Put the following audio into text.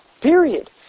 Period